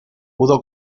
pudo